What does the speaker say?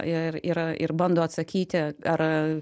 ir ir ir bando atsakyti ar